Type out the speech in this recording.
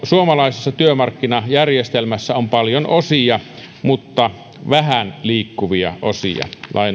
suomalaisessa työmarkkinajärjestelmässä on paljon osia mutta vähän liikkuvia osia